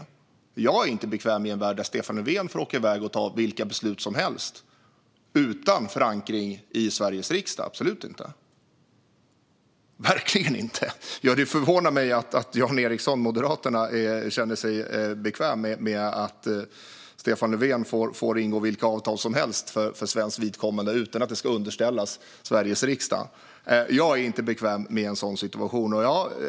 Jag är absolut inte bekväm i en värld där Stefan Löfven får åka iväg och ta vilka beslut som helst utan förankring i Sveriges riksdag. Det förvånar mig att Jan Ericson från Moderaterna känner sig bekväm med att Stefan Löfven får ingå vilka avtal som helst för svenskt vidkommande utan att det ska underställas Sveriges riksdag. Jag är inte bekväm med en sådan situation.